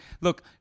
look